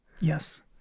Yes